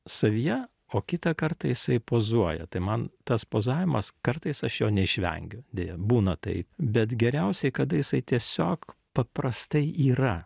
savyje o kitą kartą jisai pozuoja tai man tas pozavimas kartais aš jo neišvengiu deja būna tai bet geriausiai kada jisai tiesiog paprastai yra